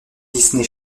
disney